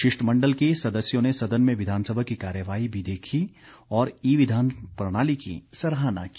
शिष्टमण्डल के सदस्यों ने सदन में विधानसभा की कार्यवाही भी देखी और ई विधान प्रणाली की सराहना की